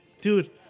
Dude